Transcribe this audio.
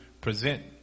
present